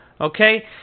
Okay